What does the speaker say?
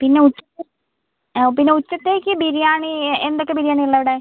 പിന്നെ ഉച്ചത്തേക്ക് പിന്നെ ഉച്ചത്തേക്ക് ബിരിയാണി എന്തൊക്കെ ബിരിയാണിയാണ് ഉള്ളത് അവിടെ